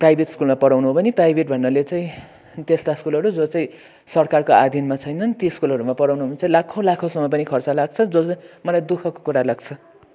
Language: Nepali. प्राइभेट स्कुलमा पढाउनुहो भने प्राइभेट भन्नाले चाहिँ त्यस्ता स्कुलहरू जो चाहिँ सरकारको अधिनमा छैनन् त्यो स्कुलहरूमा पढाउनु हो भने चाहिँ लाखौँ लाखौँसम्म पनि खर्च लाग्छ मलाई दुखःको कुरा लाग्छ